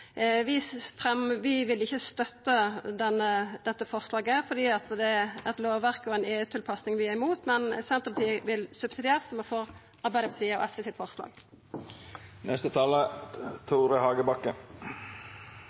Vi vil ikkje støtta dette forslaget fordi det er eit lovverk og ei EU-tilpassing vi er imot, men Senterpartiet vil subsidiært stemma for Arbeidarpartiet og SV sitt